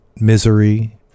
misery